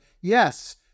yes